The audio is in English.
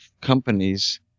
companies